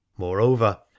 Moreover